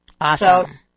Awesome